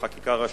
בחקיקה ראשית,